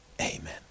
Amen